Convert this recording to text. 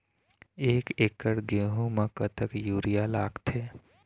एक एकड़ गेहूं म कतक यूरिया लागथे?